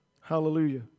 hallelujah